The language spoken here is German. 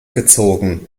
gezogen